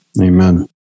Amen